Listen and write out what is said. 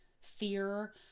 fear